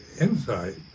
insight